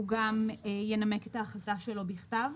הוא גם ינמק את ההחלטה של בכתב.